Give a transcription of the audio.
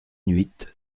huit